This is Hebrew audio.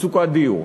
מצוקת דיור,